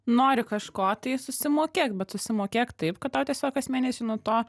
nori kažko tai susimokėk bet susimokėk taip kad tau tiesiog kas mėnesį nuo to